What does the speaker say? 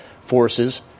forces